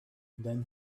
then